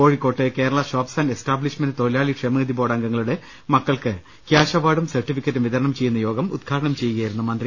കോഴിക്കോട്ട് Kerala shops and establishment തൊഴിലാളി ക്ഷേമനിധി ബോർഡ് അംഗങ്ങളുടെ മക്കൾക്ക് ക്യാഷ് അവാർഡും സർട്ടിഫിക്കറ്റും വിതരണം ചെയ്യുന്ന യോഗം ഉദ്ഘാടനം ചെയ്യുക യായിരുന്നു മന്ത്രി